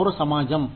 పౌర సమాజం